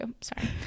sorry